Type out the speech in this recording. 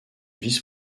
vice